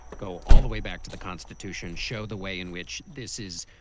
go all the way back to the constitution, show the way in which this is.